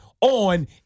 on